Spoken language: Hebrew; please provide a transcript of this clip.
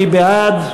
מי בעד?